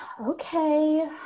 Okay